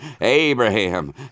Abraham